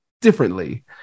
differently